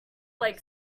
like